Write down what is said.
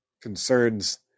concerns